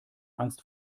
angst